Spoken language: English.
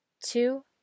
two